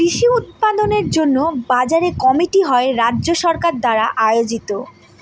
কৃষি উৎপাদনের জন্য বাজার কমিটি হয় রাজ্য সরকার দ্বারা আয়োজিত